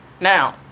Now